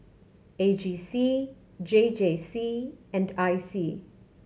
A G C J J C and I C